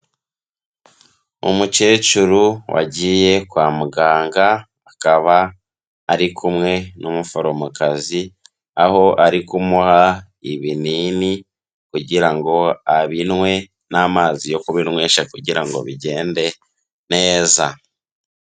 Umukecuru wagiye kwa muganga akaba ari kumwe n'umuforomokazi, aho ari kumuha ibinini kugira ngo abinywe n'amazi yo kubinywesha kugira ngo bigende neza.